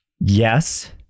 Yes